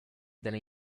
della